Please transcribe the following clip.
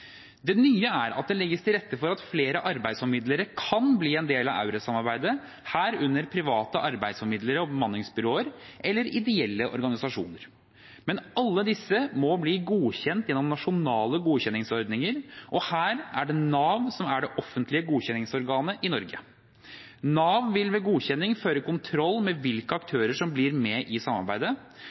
Det nye er at det legges til rette for at flere arbeidsformidlere kan bli en del av EURES-samarbeidet, herunder private arbeidsformidlere og bemanningsbyråer eller ideelle organisasjoner. Men alle disse må bli godkjent gjennom nasjonale godkjenningsordninger, og her er det Nav som er det offentlige godkjenningsorganet i Norge. Nav vil ved godkjenning føre kontroll med hvilke aktører som blir med i samarbeidet,